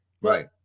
right